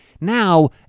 Now